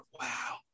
wow